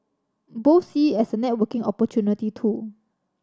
both see it as a networking opportunity too